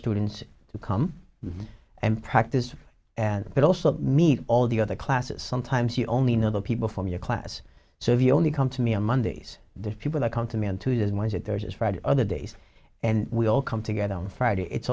students to come and practice and but also meet all the other classes sometimes you only know the people from your class so if you only come to me on mondays the people that come to me and to them why is it there is friday other days and we all come together on friday it's